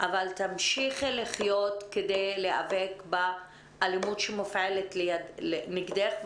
אבל תמשיכי לחיות כדי להיאבק באלימות שמופעלת נגדך,